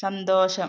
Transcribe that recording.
സന്തോഷം